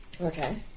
Okay